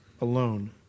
alone